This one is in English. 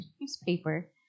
newspaper